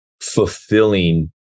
fulfilling